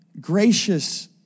gracious